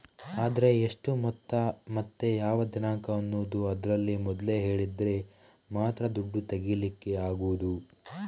ಆದ್ರೆ ಎಷ್ಟು ಮೊತ್ತ ಮತ್ತೆ ಯಾವ ದಿನಾಂಕ ಅನ್ನುದು ಅದ್ರಲ್ಲಿ ಮೊದ್ಲೇ ಹೇಳಿದ್ರೆ ಮಾತ್ರ ದುಡ್ಡು ತೆಗೀಲಿಕ್ಕೆ ಆಗುದು